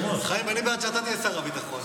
חיים, אני בעד שאתה תהיה שר הביטחון.